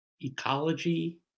ecology